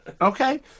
Okay